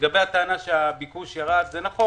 לגבי הטענה שהביקוש ירד זה נכון.